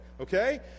okay